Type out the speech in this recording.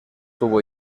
tuvo